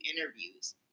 interviews